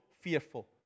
fearful